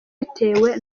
bitewe